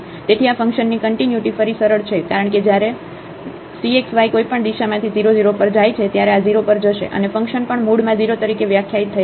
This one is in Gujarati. તેથી આ ફંક્શનની કન્ટિન્યુટી ફરી સરળ છે કારણ કે જ્યારેcxy કોઈપણ દિશામાંથી 0 0 પર જાય છે ત્યારે આ 0 પર જશે અને ફંકશન પણ મૂળમાં 0 તરીકે વ્યાખ્યાયિત થયેલ છે